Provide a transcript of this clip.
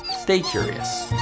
stay curious.